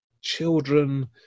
children